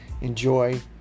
enjoy